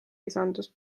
lisandus